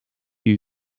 you